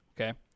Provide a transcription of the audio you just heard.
Okay